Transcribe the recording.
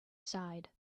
side